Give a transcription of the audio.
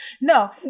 No